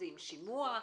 עם שימוע,